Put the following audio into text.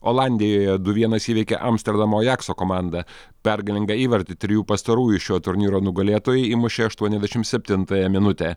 olandijoje du vienas įveikė amsterdamo ajakso komandą pergalingą įvartį trijų pastarųjų šio turnyro nugalėtojai įmušė aštuoniasdešimt septintąją minutę